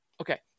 Okay